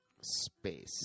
Space